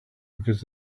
because